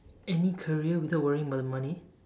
any career without worrying about the money